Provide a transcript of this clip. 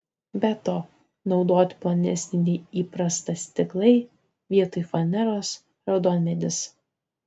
be to naudoti plonesni nei įprasta stiklai vietoj faneros raudonmedis